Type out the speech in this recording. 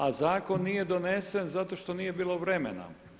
A zakon nije donesen zato što nije bilo vremena.